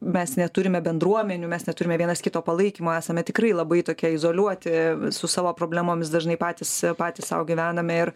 mes neturime bendruomenių mes neturime vienas kito palaikymo esame tikrai labai tokie izoliuoti su savo problemomis dažnai patys patys sau gyvename ir